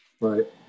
Right